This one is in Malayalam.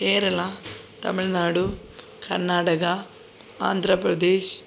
കേരള തമിഴ്നാട് കർണ്ണാടക ആന്ധ്രാപ്രദേശ്